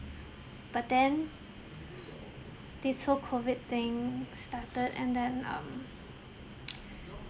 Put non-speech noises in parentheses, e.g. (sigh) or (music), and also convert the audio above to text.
but then this whole COVID thing started and then um (noise)